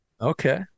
Okay